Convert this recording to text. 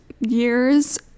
years